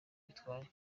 bitwaye